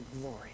glory